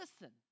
listen